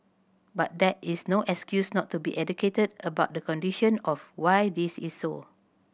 but that is no excuse not to be educated about the condition of why this is so